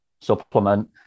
supplement